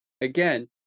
Again